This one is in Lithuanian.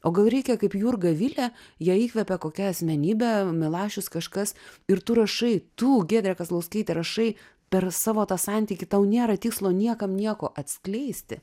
o gal reikia kaip jurga vilė ją įkvepia kokia asmenybė milašius kažkas ir tu rašai tu giedrė kazlauskaitė rašai per savo tą santykį tau nėra tikslo niekam nieko atskleisti